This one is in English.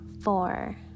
four